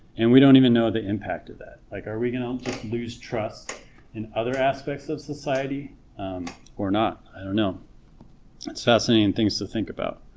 and we don't even know the impact of that, like are we gonna lose trust in other aspects of society or not, i don't know that's a fascinating and things to think about,